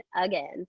again